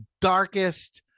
darkest